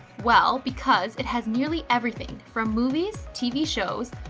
well, because it has nearly everything, from movies, tv shows,